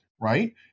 right